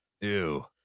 ew